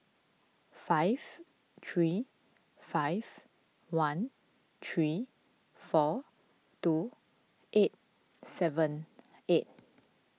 five three five one three four two eight seven eight